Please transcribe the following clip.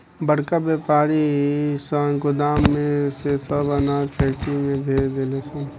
बड़का वायपारी सन गोदाम में से सब अनाज फैक्ट्री में भेजे ले सन